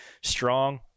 strong